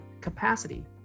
capacity